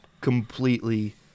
completely